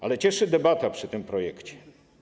Ale cieszy też debata przy tym projekcie.